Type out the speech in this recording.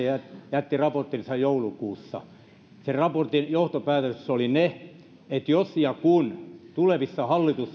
jätti raporttinsa joulukuussa sen raportin johtopäätös oli että jos ja kun tulevissa hallitusneuvotteluissa